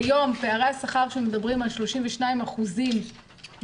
כיום, פערי השכר, כשמדברים על 32% בקירוב,